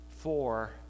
Four